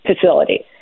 facility